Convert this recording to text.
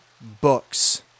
books